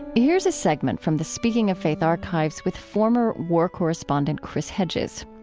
here's a segment from the speaking of faitharchives with former war correspondent chris hedges.